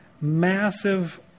massive